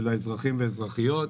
של האזרחים והאזרחיות,